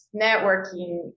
Networking